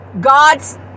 God's